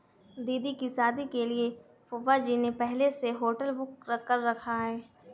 दीदी की शादी के लिए फूफाजी ने पहले से होटल बुक कर रखा है